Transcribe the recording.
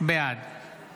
בעד